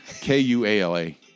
K-U-A-L-A